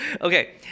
okay